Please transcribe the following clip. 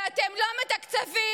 ואתם לא מתקצבים,